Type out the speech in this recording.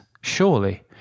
surely